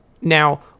Now